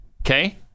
Okay